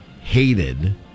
hated